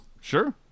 Sure